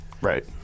Right